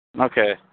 Okay